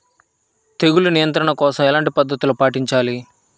తెగులు నియంత్రణ కోసం ఎలాంటి పద్ధతులు పాటించాలి?